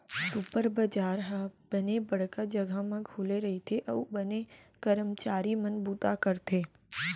super बजार ह बने बड़का जघा म खुले रइथे अउ बने करमचारी मन बूता करथे